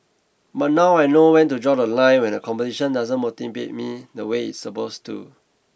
but now I know when to draw the line when the competition doesn't motivate me the way it's supposed to